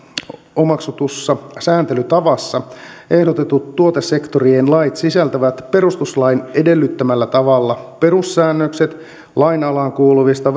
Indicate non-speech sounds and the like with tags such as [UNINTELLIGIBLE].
omaksutussa sääntelytavassa ehdotetut tuotesektorien lait sisältävät perustuslain edellyttämällä tavalla perussäännökset lain alaan kuuluvista [UNINTELLIGIBLE]